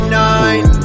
nine